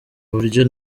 buryo